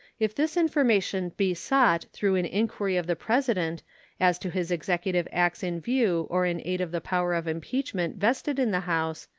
if this information be sought through an inquiry of the president as to his executive acts in view or in aid of the power of impeachment vested in the house,